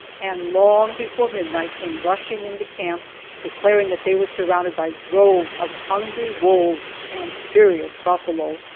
and long before midnight came rushing into camp declaring that they were surrounded by droves of hungry wolves and furious buffalo.